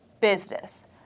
business